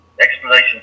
explanation